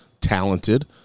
talented